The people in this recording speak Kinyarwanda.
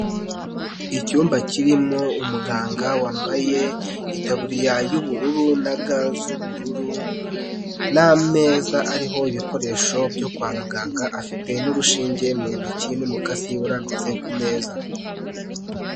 Icyumba kirimo umuganga wambaye itaburiya y'ubururu na ga z'ubururu n'ameza ariho ibikoresho byo kwa muganga afite n'urushinge mu ntoki n'umukasi urambitse ku meza.